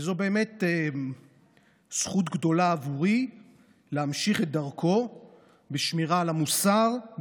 וזו באמת זכות גדולה עבורי להמשיך את דרכו בשמירה על המוסר,